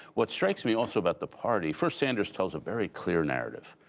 what strikes me also about the party first, sanders tells a very clear narrative,